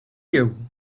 you